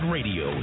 Radio